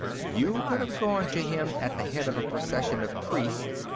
you could have gone to him at the head of a procession of priests,